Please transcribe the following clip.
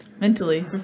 Mentally